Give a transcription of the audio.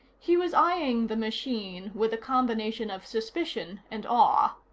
he was eyeing the machine with a combination of suspicion and awe.